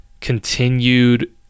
continued